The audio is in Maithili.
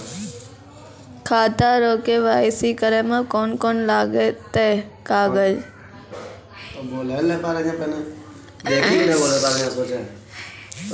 खाता रो के.वाइ.सी करै मे कोन कोन कागज लागतै?